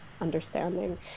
understanding